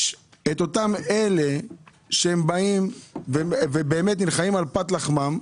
את אותם אלה שהם באים ובאמת נלחמים על פת לחמם,